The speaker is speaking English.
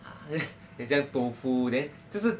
很像 tofu then 就是